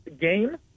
game